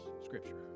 Scripture